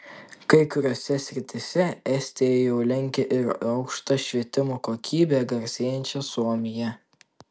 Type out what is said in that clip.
kai kuriose srityse estija jau lenkia ir aukšta švietimo kokybe garsėjančią suomiją